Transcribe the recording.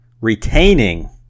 retaining